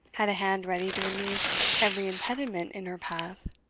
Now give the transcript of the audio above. had a hand ready to remove every impediment in her path,